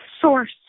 source